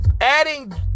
adding